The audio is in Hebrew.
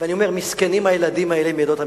ואני אומר: מסכנים הילדים האלה מעדות המזרח.